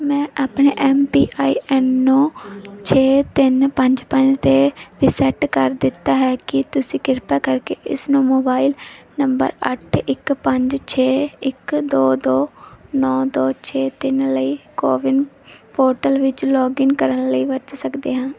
ਮੈਂ ਆਪਣੇ M P I N ਨੂੰ ਛੇ ਤਿੰਨ ਪੰਜ ਪੰਜ 'ਤੇ ਰੀਸੈਟ ਕਰ ਦਿੱਤਾ ਹੈ ਕੀ ਤੁਸੀਂ ਕਿਰਪਾ ਕਰਕੇ ਇਸ ਨੂੰ ਮੋਬਾਈਲ ਨੰਬਰ ਅੱਠ ਇੱਕ ਪੰਜ ਛੇ ਇੱਕ ਦੋ ਦੋ ਨੌਂ ਦੋ ਛੇ ਤਿੰਨ ਲਈ ਕੋਵਿਨ ਪੋਰਟਲ ਵਿੱਚ ਲੌਗਇਨ ਕਰਨ ਲਈ ਵਰਤ ਸਕਦੇ ਹਾਂ